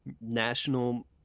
National